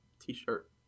T-shirt